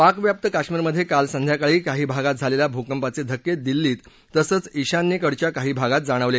पाकव्याप्त काश्मीरमध्ये काल संध्याकाळी काही भागात झालेल्या भूकंपाचे धक्के दिल्लीत तसंच ईशान्येकडल्या काही भागात जाणवले